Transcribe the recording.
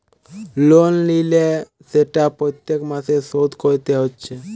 loan লিলে সেটা প্রত্যেক মাসে শোধ কোরতে হচ্ছে